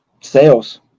sales